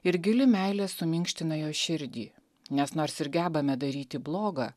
ir gili meilė suminkština jo širdį nes nors ir gebame daryti bloga